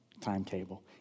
timetable